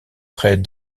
près